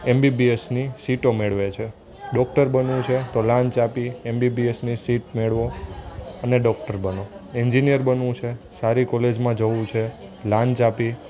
એમબીબીએસની સીટો મેળવે છે ડૉક્ટર બનવું છે તો લાંચ આપી એમબીબીએસની સીટ મેળવો અને ડૉક્ટર બનો ઍન્જિનયર બનવું છે સારી કોલેજમાં જવું છે લાંચ આપી